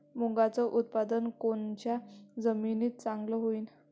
मुंगाचं उत्पादन कोनच्या जमीनीत चांगलं होईन?